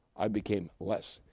i became less.